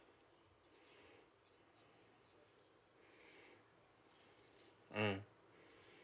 mm